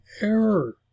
error